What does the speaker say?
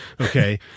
Okay